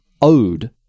owed